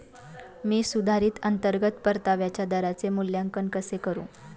मी सुधारित अंतर्गत परताव्याच्या दराचे मूल्यांकन कसे करू?